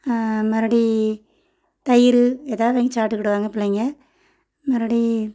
மறுபடி தயிர் எதாவது வாங்கி சாப்பிட்டுக்குடுவாங்க பிள்ளைங்க மறுபடி